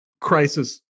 crisis